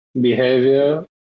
behavior